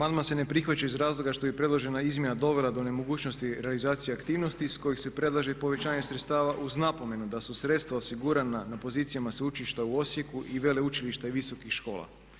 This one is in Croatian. Amandman se ne prihvaća iz razloga što bi predložena izmjena dovela do nemogućnosti realizacije aktivnosti iz kojih se predlože i povećanje sredstava uz napomenu da su sredstva osigurana na pozicijama Sveučilišta u Osijeku i veleučilišta i visokih škola.